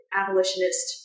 abolitionist